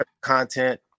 content